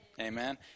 Amen